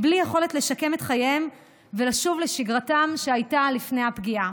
בלי יכולת לשקם את חייהם ולשוב לשגרתם שהייתה לפני הפגיעה.